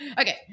Okay